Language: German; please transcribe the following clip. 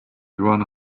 juan